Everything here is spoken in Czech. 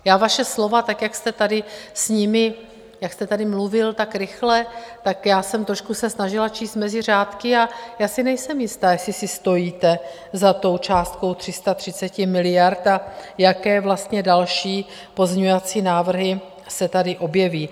Já vaše slova, tak jak jste tady mluvil tak rychle, tak já jsem se trošku snažila číst mezi řádky a já si nejsem jista, jestli si stojíte za tou částkou 330 miliard a jaké vlastně další pozměňovací návrhy se tady objeví.